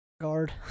Guard